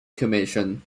commission